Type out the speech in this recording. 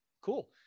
cool